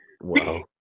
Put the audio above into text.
Wow